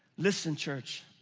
listen, church.